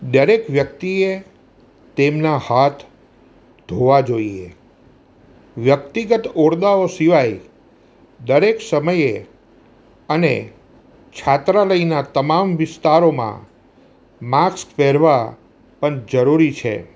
દરેક વ્યક્તિએ તેમના હાથ ધોવા જોઈએ વ્યક્તિગત ઓરડાઓ સિવાય દરેક સમયે અને છાત્રાલયના તમામ વિસ્તારોમાં માક્સ પહેરવા પણ જરુરી છે